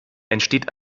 entsteht